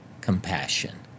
compassion